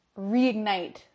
reignite